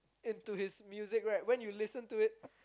into his music when you listen to it